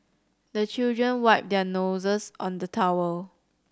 the children wipe their noses on the towel